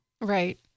Right